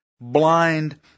blind